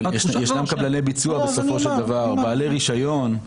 אבל ישנם קבלני ביצוע בסופו של דבר, בעלי רישיון.